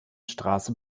straße